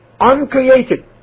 uncreated